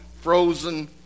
frozen